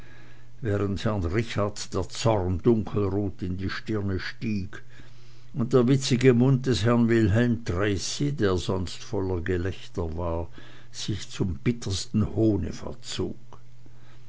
richard der zorn dunkelrot in die stirne stieg und der witzige mund des herrn wilhelm tracy der sonst voller gelächter war sich zum bittersten hohne verzog